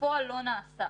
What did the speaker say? בפועל לא נעשה.